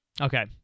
Okay